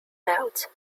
belt